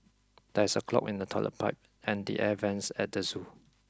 there is a clog in the toilet pipe and the air vents at the zoo